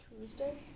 Tuesday